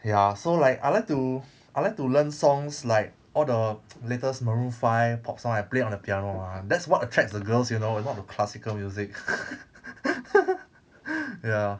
ya so like I like to I like to learn songs like all the latest maroon five pop song I play on the piano ah that's what attracts the girls you know not the classical music ya